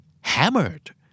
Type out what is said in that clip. hammered